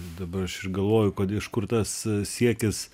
dabar aš ir galvoju kad iš kur tas siekis